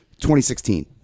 2016